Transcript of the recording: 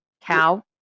cow